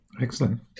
excellent